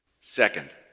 Second